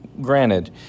granted